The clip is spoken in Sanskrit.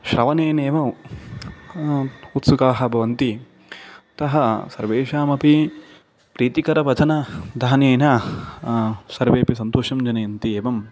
श्रवणेनैव उत्सुकाः भवन्ति तः सर्वेषामपि प्रीतिकरवचनाः दानेन सर्वेपि सन्तोषं जनयन्ति एवम्